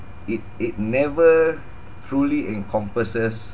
it it never truly encompasses